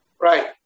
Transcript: right